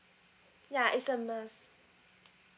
ya is a must